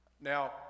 now